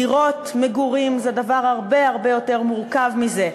דירות מגורים זה דבר הרבה הרבה יותר מורכב מזה.